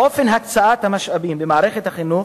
"אופן הקצאת המשאבים במערכת החינוך